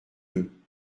deux